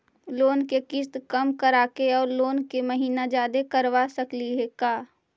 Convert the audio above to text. Loan के किस्त कम कराके औ लोन के महिना जादे करबा सकली हे का?